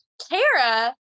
Tara